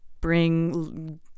bring